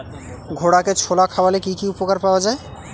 ঘোড়াকে ছোলা খাওয়ালে কি উপকার পাওয়া যায়?